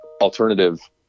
alternative